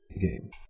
game